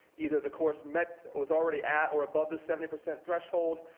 either the course met was already at or above the seventy percent threshold,